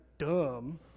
Dumb